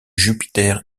jupiter